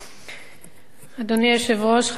אדוני היושב-ראש, חברי חברי הכנסת,